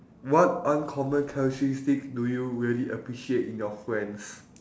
what uncommon characteristic do you really appreciate in your friends